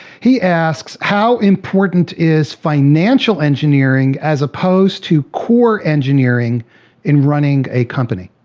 he asks, how important is financial engineering as opposed to core engineering in running a company?